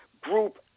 group